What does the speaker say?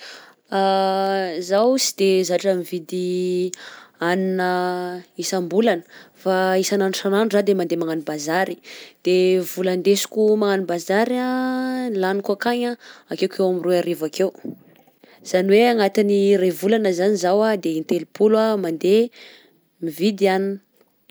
Zao sy de zatra mividy hanina isambolana, fa isanandro isanandro zaho de mande magnano bazary de vola ndesiko magnano bazary a lagniko akagny akekeo amin'ny roy arivo akeo, zany hoe ao anatin'ny ray volana zany zaho in-telopolo mividy hanina.